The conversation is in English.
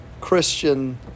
Christian